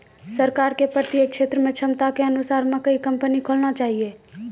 सरकार के प्रत्येक क्षेत्र मे क्षमता के अनुसार मकई कंपनी खोलना चाहिए?